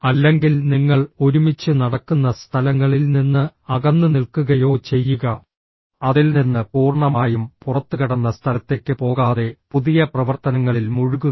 അല്ലെങ്കിൽ നിങ്ങൾ ഒരുമിച്ചു നടക്കുന്ന സ്ഥലങ്ങളിൽ നിന്ന് അകന്നു നിൽക്കുകയോ ചെയ്യുക അതിൽ നിന്ന് പൂർണ്ണമായും പുറത്തുകടന്ന സ്ഥലത്തേക്ക് പോകാതെ പുതിയ പ്രവർത്തനങ്ങളിൽ മുഴുകുക